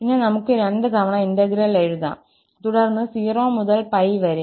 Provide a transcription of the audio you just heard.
പിന്നെ നമുക്ക് 2 തവണ ഇന്റഗ്രൽ എഴുതാം തുടർന്ന് 0 മുതൽ 𝜋 വരെ